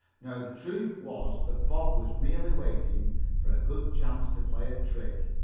now the truth was that bob was merely waiting for a good chance to play a trick.